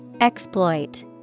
Exploit